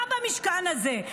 גם במשכן הזה,